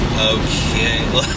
Okay